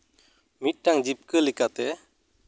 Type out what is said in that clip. ᱢᱤᱫᱴᱟᱱ ᱡᱤᱵᱽᱠᱟᱹ ᱞᱮᱠᱟᱛᱮ